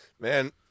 Man